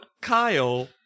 Kyle